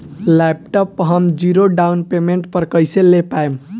Laptop हम zero down payment पर कैसे ले पाएम?